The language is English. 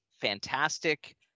fantastic